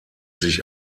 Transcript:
sich